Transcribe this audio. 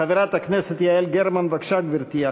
חברת הכנסת יעל גרמן, בבקשה, גברתי.